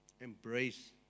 embrace